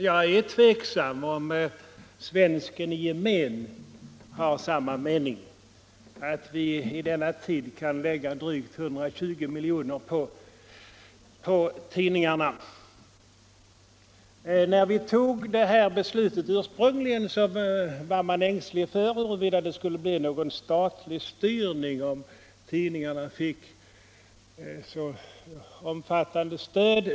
Jag är dock tveksam om svensken i gemen har den meningen att vi i denna tid kan satsa drygt 120 milj.kr. extra på tidningarna. När vi ursprungligen tog det här beslutet var man ängslig för att det skulle bli en statlig styrning om tidningarna fick så omfattande stöd.